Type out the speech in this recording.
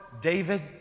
David